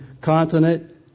continent